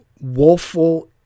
woeful